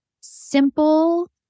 simple